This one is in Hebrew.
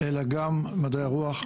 אלא גם מדעי הרוח,